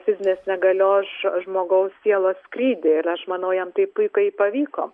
fizinės negalios žmogaus sielos skrydį ir aš manau jam tai puikiai pavyko